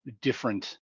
different